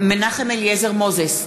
מנחם אליעזר מוזס,